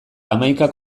hamaika